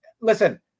listen –